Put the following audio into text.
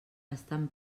estan